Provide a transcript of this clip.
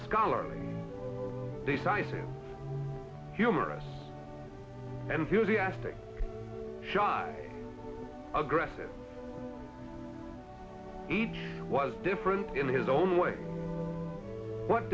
scholarly decisive humorist and he was he asked a shy aggressive each was different in his own way what